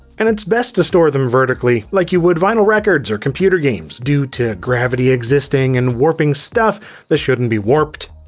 and it's best to store them vertically, like you would vinyl records or computer games, due to gravity existing and warping stuff that shouldn't be warped.